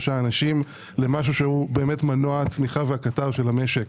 3 אנשים למשהו שהוא מנוע צמיחה והקטר המשק.